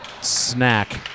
snack